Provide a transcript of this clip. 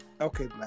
Okay